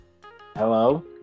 Hello